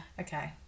Okay